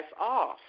off